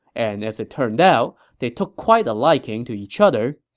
and as it turned out, they took quite a liking to each other.